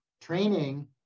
training